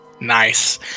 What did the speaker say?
Nice